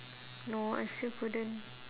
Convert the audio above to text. no I still couldn't